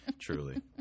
Truly